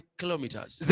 kilometers